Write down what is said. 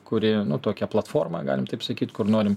kuri nu tokią platformą galim taip sakyt kur norim